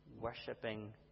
worshipping